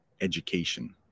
education